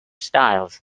styles